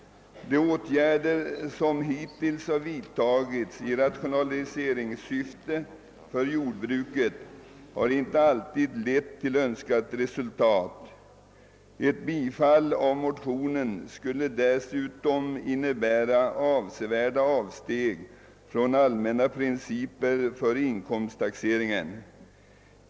De åtgärder som hittills vidtagits i rationaliseringssyfte för jordbruket har inte alltid lett till önskat resultat. Ett bifall till motionen skulle dessutom innebära avsevärda avsteg från allmänna principer för inkomsttaxeringen.